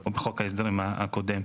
או בחוק ההסדרים הקודם.